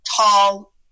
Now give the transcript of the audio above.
tall